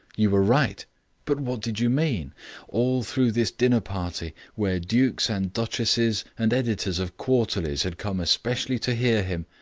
you were right but what did you mean? all through this dinner-party, where dukes and duchesses and editors of quarterlies had come especially to hear him,